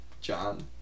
John